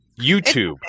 YouTube